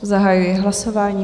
Zahajuji hlasování.